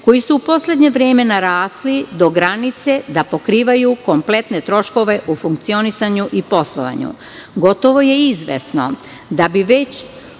koji su u poslednje vreme narasli do granice da pokrivaju kompletne troškove u funkcionisanju i poslovanju.